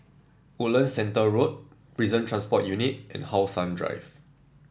Woodlands Centre Road Prison Transport Unit and How Sun Drive